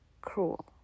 Cruel